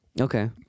Okay